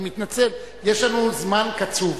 אני מתנצל, יש לנו זמן קצוב.